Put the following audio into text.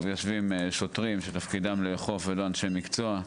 יושבים שוטרים שתפקידם לאכוף ולא אנשי מקצוע,